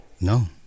No